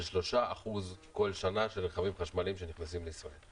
3% כל שנה של רכבים חשמליים שנכנסים לישראל.